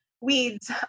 weeds